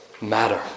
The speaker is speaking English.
matter